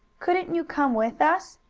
couldn't you come with us?